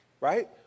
right